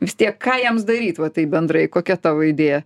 vis tiek ką jiems daryt va taip bendrai kokia tavo idėja